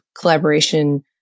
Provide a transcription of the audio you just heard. collaboration